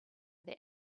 their